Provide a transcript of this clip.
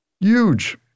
Huge